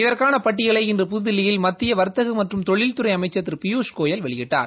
இதற்கான பட்டியலை இன்று புத்தில்லியில் மத்திய வர்த்தக மற்றம் தொழில்துறை அமைச்ச் திரு பியூஷ் கோயல் வெளியிட்டார்